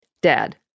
Dad